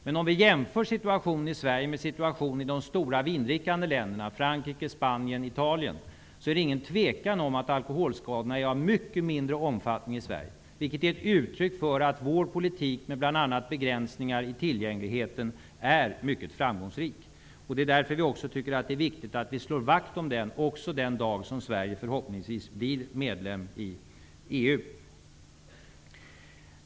Men om vi jämför situationen i Sverige med situationen i de stora vindrickande länderna, Frankrike, Spanien och Italien, är det inget tvivel om att alkoholskadorna är av mycket mindre omfattning i Sverige. Det är ett uttryck för att vår politik, med bl.a. begränsningar i tillgängligheten, är mycket framgångsrik. Det är därför vi tycker att det är viktigt att slå vakt om den, också den dag som Sverige, förhoppningsvis, blir medlem i EU.